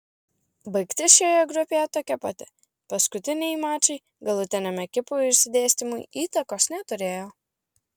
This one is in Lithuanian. baigtis šioje grupėje tokia pati paskutiniai mačai galutiniam ekipų išsidėstymui įtakos neturėjo